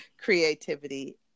creativity